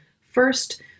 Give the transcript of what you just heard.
First